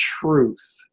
truth